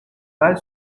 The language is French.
mal